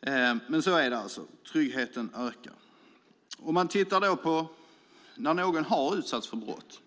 men det är alltså så att tryggheten ökar.